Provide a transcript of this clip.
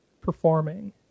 performing